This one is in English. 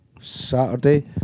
Saturday